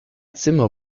zimmer